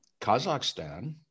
Kazakhstan